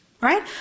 Right